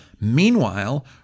Meanwhile